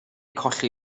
colli